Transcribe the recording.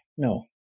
No